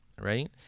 right